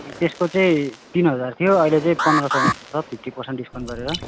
त्यसको चाहिँ तिन हजार थियो अहिले चाहिँ पन्ध्र सौमा पाउँछ फिफ्टी पर्सेनेट डिसकाउन्ट गरेर